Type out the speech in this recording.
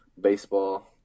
baseball